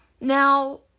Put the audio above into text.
now